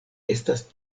estas